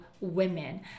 women